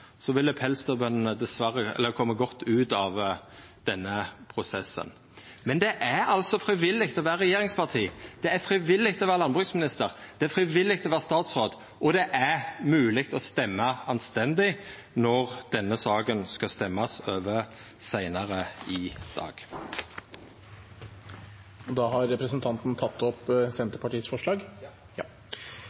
så langt – at trøyst, unnskyldningar og forsøk på å skulda på andre enn dei ansvarlege hadde vore noko ein kunne leva av, ville pelsdyrbøndene kome godt ut av denne prosessen. Men det er altså frivillig å vera regjeringsparti. Det er frivillig å vera landbruksminister. Det er frivillig å vera statsråd, og det er mogleg å stemma anstendig når ein skal stemma i denne saka seinare i